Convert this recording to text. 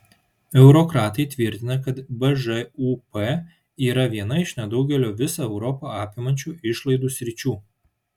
eurokratai tvirtina kad bžūp yra viena iš nedaugelio visą europą apimančių išlaidų sričių